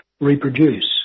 reproduce